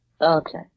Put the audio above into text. Okay